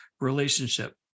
relationship